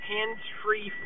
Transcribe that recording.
Hands-free